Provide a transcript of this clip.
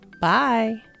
Bye